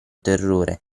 terrore